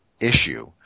issue